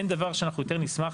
אין דבר שאנחנו יותר נשמח